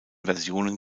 versionen